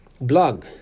blog